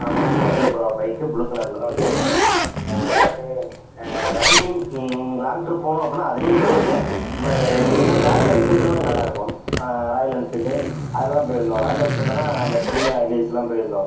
ஆமாம் passion bro bike blue கலரில் தான் வச்சுருக்கேன் பட்டே ரைடிங் லாங் ட்ரிப் போகணும் அப்பட்னா அதுலையும் போயிருக்கேன் பட் இருந்தாலும் ராயல் என்ஃபீல்டுமே நல்லாயிருக்கும் ராயல் என்ஃபீல்டு அதில் தான் போயிருந்தோம் ராயல் என்ஃபீல்டில் தான் அந்த கொல்லிமலை ஹை ஹில்ஸ்லாம் போயிருந்தோம்